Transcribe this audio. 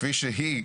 כפי שהיא,